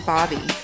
Bobby